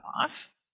off